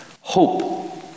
Hope